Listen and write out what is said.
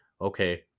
okay